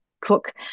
cook